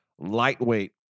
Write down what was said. lightweight